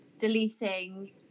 deleting